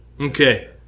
Okay